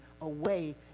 away